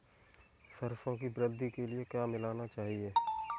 सरसों की वृद्धि के लिए क्या मिलाना चाहिए?